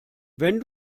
wenn